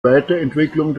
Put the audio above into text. weiterentwicklung